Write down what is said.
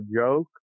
joke